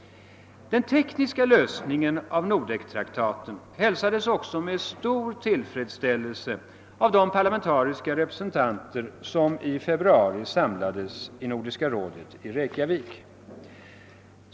Den tekniska lösningen av Nordektraktaten hälsades också med största tillfredsställelse av de parlamentariska representanter som i februari detta år samlades i Nordiska rådet i Reykjavik.